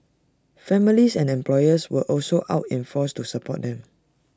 families and employers were also out in force to support them